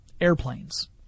airplanes